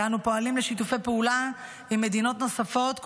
ואנו פועלים לשיתופי פעולה עם מדינות נוספות,